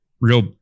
real